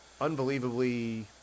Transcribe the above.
unbelievably